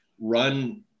run